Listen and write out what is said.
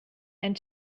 and